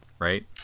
right